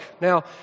Now